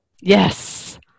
Yes